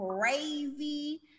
crazy